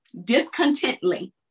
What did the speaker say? discontently